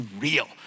real